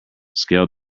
scaled